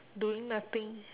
doing nothing